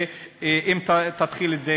ואם תתחיל את זה,